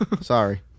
Sorry